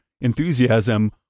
enthusiasm